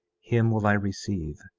him will i receive,